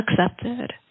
accepted